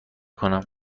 کنم